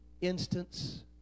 instance